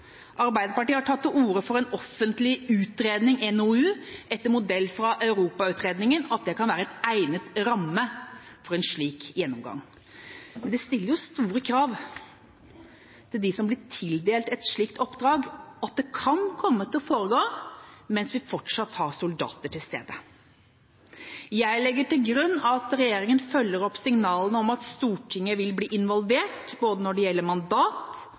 Arbeiderpartiet har tatt til orde for at en offentlig utredning – NOU – etter modell av Europautredningen kan være en egnet ramme for en slik gjennomgang. Men det stiller store krav til dem som blir tildelt et slikt oppdrag, at det kan komme til å foregå mens vi fortsatt har soldater til stede. Jeg legger til grunn at regjeringa følger opp signalene om at Stortinget vil bli involvert når det gjelder både mandat